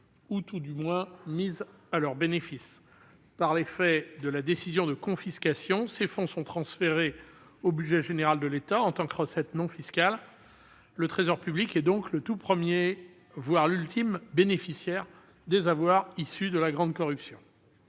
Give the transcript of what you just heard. ou, tout du moins, mis à leur bénéfice. Par l'effet de la décision de confiscation, ces fonds sont transférés au budget général de l'État en tant que recette non fiscale. Le Trésor public est donc le tout premier- voire l'ultime -bénéficiaire des avoirs issus de la grande corruption.